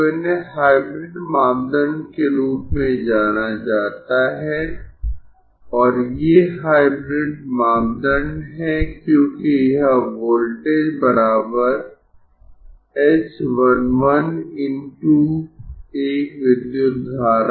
तो इन्हें हाइब्रिड मापदंड के रूप में जाना जाता है और ये हाइब्रिड मापदंड है क्योंकि यह वोल्टेज h 1 1 × एक विद्युत धारा